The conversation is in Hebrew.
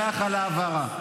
אני שמח על ההבהרה.